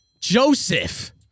Joseph